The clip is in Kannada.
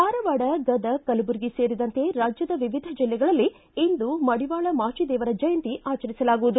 ಧಾರವಾಡ ಗದಗ್ ಕಲಬುರಗಿ ಸೇರಿದಂತೆ ರಾಜ್ಣದ ವಿವಿಧ ಜಿಲ್ಲೆಗಳಲ್ಲಿ ಇಂದು ಮಡಿವಾಳ ಮಾಚಿದೇವರ ಜಯಂತಿ ಆಚರಿಸಲಾಗುವುದು